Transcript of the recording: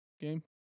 game